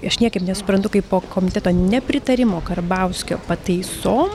aš niekaip nesuprantu kaip po komiteto nepritarimo karbauskio pataisom